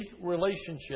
relationship